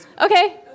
Okay